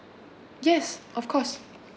yes of course